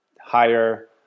higher